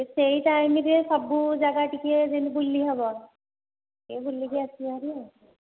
ସେଇ ଟାଇମରେ ସବୁ ଜାଗା ଟିକିଏ ଯେମିତି ବୁଲି ହେବ ଟିକିଏ ବୁଲିକି ଆସିବା ଭାରି ଆଉ